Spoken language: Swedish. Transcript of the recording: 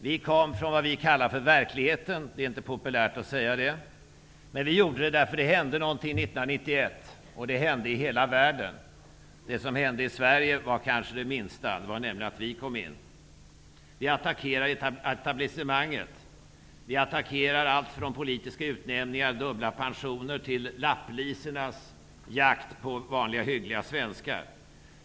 Vi kom från det som vi kallar för verkligheten, men det är det inte populärt att säga. Det händå någonting 1991 i hela världen. Det som hände i Sverige var kanske det minst betydelsefulla, nämligen att vi kom in i riksdagen. Vi attackerade etablissemanget och allt ifrån politiska utnämningar och dubbla pensioner till lapplisornas jakt på vanliga hyggliga svenskar.